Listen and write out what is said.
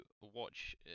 watch